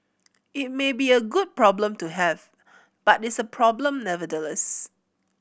it may be a good problem to have but it's a problem nevertheless